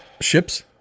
Ships